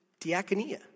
diaconia